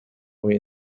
hoy